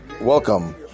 Welcome